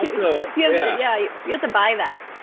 you know yeah yeah yeah. you have to buy that.